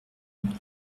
monde